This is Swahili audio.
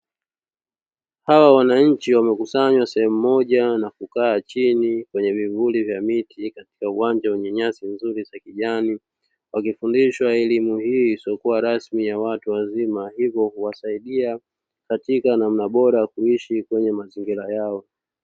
Hawa wananchi wamekusanywa sehemu moja na kukaa chini kwenye vivuli vya miti katika uwanja wenye nyasi nzuri za kijani wakifundishwa elimu hii isiyokuwa rasmi ya watu wazima hivyo huwasaidia katika namna bora kuishi kwenye mazingira yao.